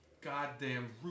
goddamn